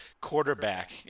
quarterback